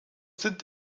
sind